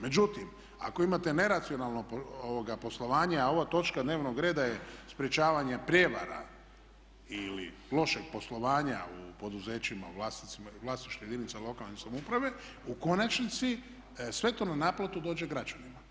Međutim, ako imate neracionalno poslovanje a ova točka dnevnog reda je sprječavanje prijevara ili lošeg poslovanja u poduzećima u vlasništvu jedinica lokalne samouprave u konačnici sve to na naplatu dođe građanima.